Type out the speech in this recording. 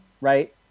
right